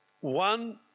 one